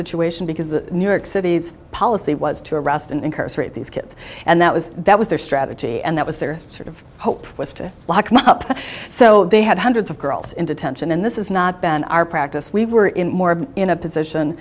situation because the new york city's policy was to arrest and incarcerate these kids and that was that was their strategy and that was their sort of hope was to lock them up so they had hundreds of girls in detention and this is not been our practice we were in more in a position